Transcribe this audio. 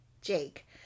Jake